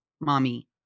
mommy